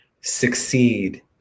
succeed